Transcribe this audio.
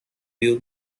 you